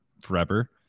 forever